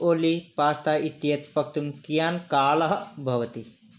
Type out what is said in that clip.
ओलि pasta इत्येतत् पक्तुं कियान् कालः भवति